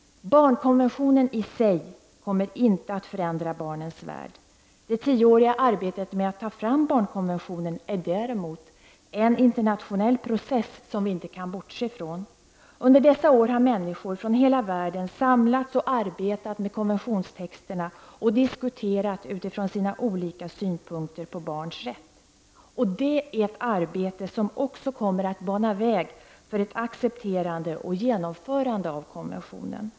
Barnkonventionen i sig kommer inte att förändra barnens värld. Det tioåriga arbetet med att ta fram barnkonventionen är däremot en internationell process som vi inte kan bortse ifrån. Under dessa år har människor från hela världen samlats och arbetat med konventionstexterna och diskuterat utifrån sina olika synpunkter på barns rätt. Det är ett arbete som också kommer att bana väg för ett accepterande och genomförande av konventionen.